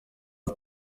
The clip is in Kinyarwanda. aha